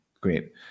great